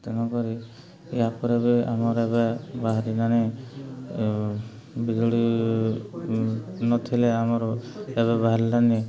ତେଣୁକରି ଏହାପରେ ବି ଆମର ଏବେ ବାହାରିଲାଣି ବିଜୁଳି ନଥିଲେ ଆମର ଏବେ ବାହାରିଲାଣି